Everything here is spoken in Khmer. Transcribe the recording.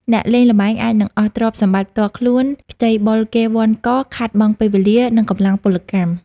អ្នកលេងល្បែងអាចនឹងអស់ទ្រព្យសម្បត្តិផ្ទាល់ខ្លួន ខ្ចីបុលគេវ័ណ្ឌក ខាតបង់ពេលវេលា និងកម្លាំងពលកម្ម។